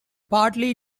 partly